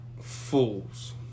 fools